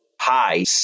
high